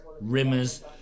Rimmer's